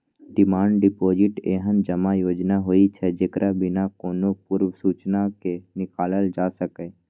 demand deposit एहन जमा योजना होइ छै, जेकरा बिना कोनो पूर्व सूचना के निकालल जा सकैए